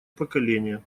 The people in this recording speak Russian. поколение